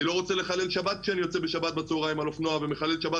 אני לא רוצה לחלל שבת כשאני יוצא בשבת בצוהריים על אופנוע ומחלל שבת